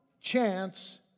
chance